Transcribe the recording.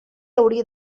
hauria